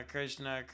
Krishna